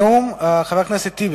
חבר הכנסת טיבי.